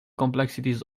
complexities